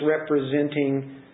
representing